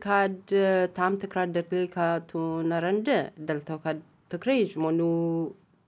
kad tam tikrą dalyką tu nerandi dėl to kad tikrai žmonių